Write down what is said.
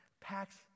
Packs